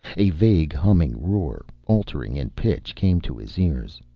a vague, humming roar, altering in pitch, came to his ears.